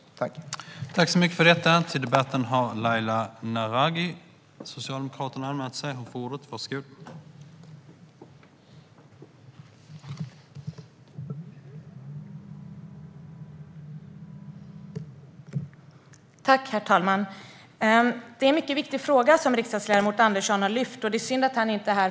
Förste vice talmannen meddelade att Jan R Andersson som framställt interpellationen anmält att han var förhindrad att delta i debatten.